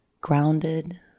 grounded